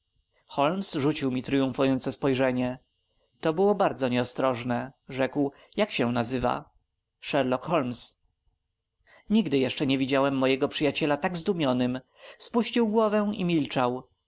rzucił mi tryumfujące spojrzenie to było bardzo nieostrożnie rzekł jak się nazywa sherlock holmes nigdy jeszcze nie widziałem mojego przyjaciela tak zdumionym spuścił głowę i milczał